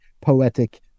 poetic